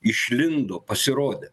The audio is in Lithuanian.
išlindo pasirodė